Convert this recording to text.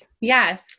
Yes